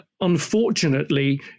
unfortunately